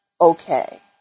okay